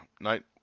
Night